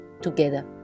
together